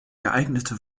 geeignete